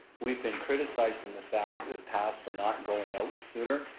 we've been criticized in the past the past for not going out sooner,